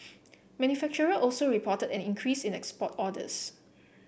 manufacturers also reported an increase in export orders